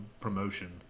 promotion